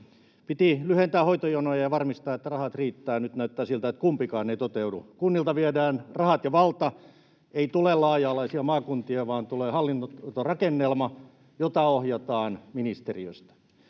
Piti lyhentää hoitojonoja ja varmistaa, että rahat riittävät. Nyt näyttää siltä, että kumpikaan ei toteudu. Kunnilta viedään rahat ja valta. Ei tule laaja-alaisia maakuntia, vaan tulee hallintorakennelma, jota ohjataan ministeriöstä.